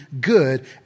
good